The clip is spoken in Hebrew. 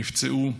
נפצעו.